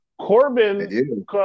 Corbin